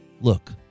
look